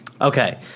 Okay